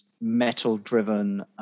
metal-driven